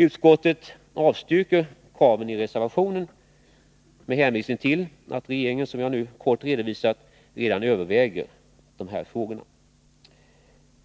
Utskottet avstyrker kraven i motionen med hänvisning till att regeringen redan överväger dessa frågor.